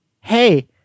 Hey